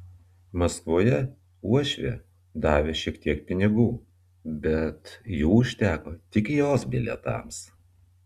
maskvoje uošvė davė šiek tiek pinigų bet jų užteko tik jos bilietams